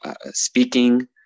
speaking